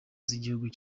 z’igihugu